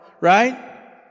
right